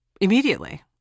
immediately